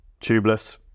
tubeless